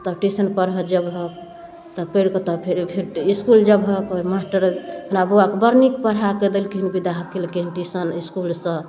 तब ट्यूशन पढ़ऽ जेबहक तऽ पढ़िकऽ तब फेर इसकुल जेबहक ओहि मास्टर हमरा बौआके बड़ नीक पढ़ाकऽ देलखिन विदा केलखिन ट्यूशन इसकुलसँ